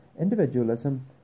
individualism